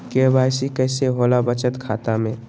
KYC कैसे होला बचत खाता में?